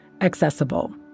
accessible